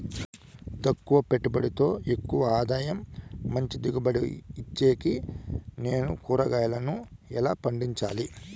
తక్కువ పెట్టుబడితో ఎక్కువగా ఆదాయం మంచి దిగుబడి ఇచ్చేకి నేను కూరగాయలను ఎలా పండించాలి?